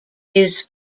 his